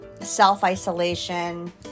self-isolation